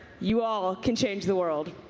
you all can change the world.